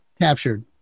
captured